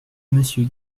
monsieur